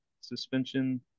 suspension